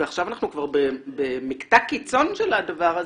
ועכשיו אנחנו כבר במקטע קיצון של הדבר הזה,